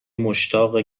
مشتاق